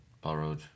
borrowed